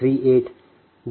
1486j0